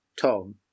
Tom